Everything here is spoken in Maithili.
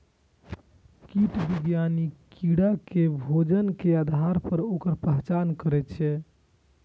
कीट विज्ञानी कीड़ा के भोजन के आधार पर ओकर पहचान करै छै